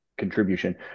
Contribution